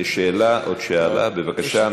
יש שאלה, עוד שאלה, בבקשה.